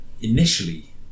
Initially